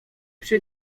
przy